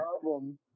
problem